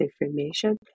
information